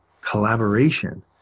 collaboration